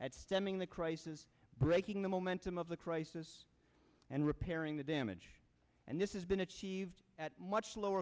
at stemming the crisis breaking the momentum of the crisis and repairing the damage and this has been achieved at much lower